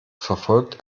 verfolgt